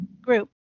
group